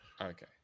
okay